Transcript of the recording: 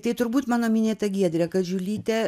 tai turbūt mano minėta giedrė kadžiulytė